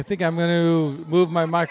i think i'm going to move my m